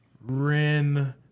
Rin